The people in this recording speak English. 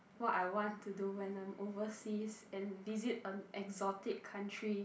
what I want to do when I'm overseas and visit an exotic country